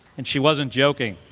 and she wasn't joking.